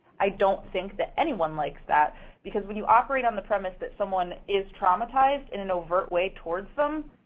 i don't think that anyone likes that because when you operate on the premise that someone is traumatized in an overt way towards them,